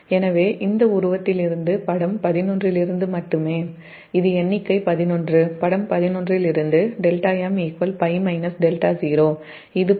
எனவே இந்த படம் 11 இலிருந்து மட்டுமே δm 𝝅 𝜹0 இது 𝝅 எனவே 𝝅 𝜹0